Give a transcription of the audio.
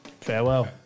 Farewell